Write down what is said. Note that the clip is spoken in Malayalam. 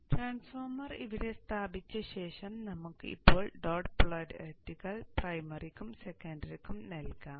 ട്രാൻസ്ഫോർമർ ഇവിടെ സ്ഥാപിച്ച ശേഷം നമുക്ക് ഇപ്പോൾ ഡോട്ട് പോളാരിറ്റികൾ പ്രൈമറിക്കും സെക്കൻഡറിക്കും നൽകാം